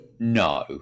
No